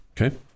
Okay